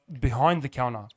behind-the-counter